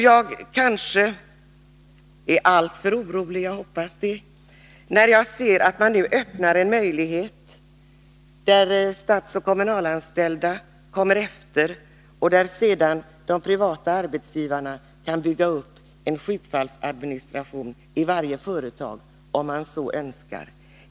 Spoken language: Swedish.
Jag kanske är alltför orolig — jag hoppas det — när jag befarar att man nu öppnar en möjlighet genom att statsoch kommunalanställda går före och de privata arbetsgivarna kan komma efter och bygga upp en sjukfallsadministration i varje företag, om man så önskar.